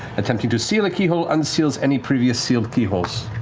attempting to seal a keyhole unseals any previous sealed keyholes.